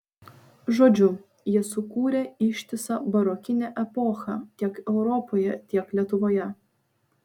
žodžiu jie sukūrė ištisą barokinę epochą tiek europoje tiek lietuvoje